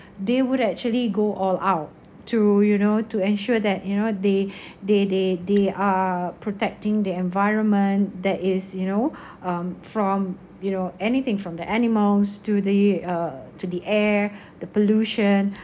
they would actually go all out to you know to ensure that you know they they they they are protecting the environment that is you know um from you know anything from the animals to the uh to the air the pollution